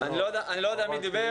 אני לא יודע מי דיבר,